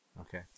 okay